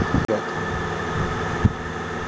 शेतीच्या कामाचे साधनं विकत घ्यासाठी कोनतं ॲप हाये का?